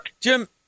Jim